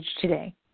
today